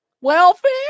welfare